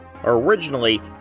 Originally